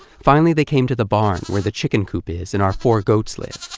finally they came to the barn, where the chicken coop is and our four goats live.